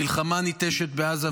מלחמה ניטשת בעזה,